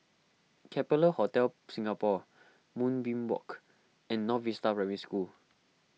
Capella Hotel Singapore Moonbeam Walk and North Vista Primary School